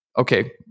Okay